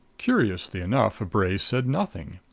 curiously enough, bray said nothing.